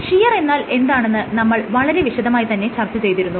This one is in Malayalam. ഷിയർ എന്നാൽ എന്താണെന്ന് നമ്മൾ വളരെ വിശദമായി തന്നെ ചർച്ച ചെയ്തിരുന്നു